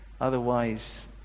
otherwise